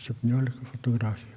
septyniolika fotografijų